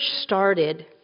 started